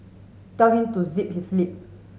tell him to zip his lip